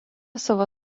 savo